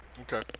Okay